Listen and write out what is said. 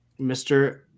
Mr